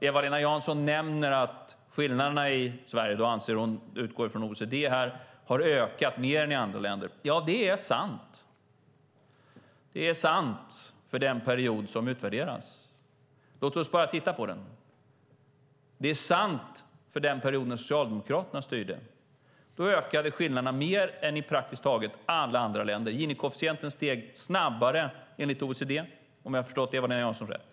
Eva-Lena Jansson utgår från OECD, och hon nämner att skillnaderna i Sverige har ökat mer än i andra länder. Ja, det är sant för den period som utvärderas. Låt oss titta på den. Det är sant för den period när Socialdemokraterna styrde. Då ökade skillnaderna mer än i praktiskt taget alla andra länder. Gini-koefficienten steg snabbare enligt OECD - om jag har förstått Eva-Lena Jansson rätt.